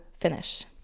finish